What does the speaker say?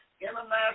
international